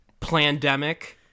Plandemic